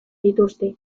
dituzte